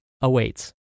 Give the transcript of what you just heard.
awaits